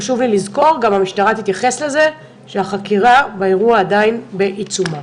חשוב לזכור והמשטרה תתייחס לזה שחקירת האירוע עדיין בעיצומה.